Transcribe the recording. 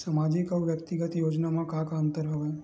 सामाजिक अउ व्यक्तिगत योजना म का का अंतर हवय?